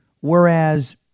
Whereas